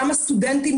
גם הסטודנטים,